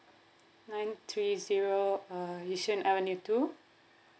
nine three zero uh yishun avenue two